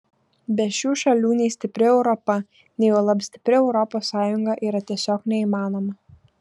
be šių šalių nei stipri europa nei juolab stipri europos sąjunga yra tiesiog neįmanoma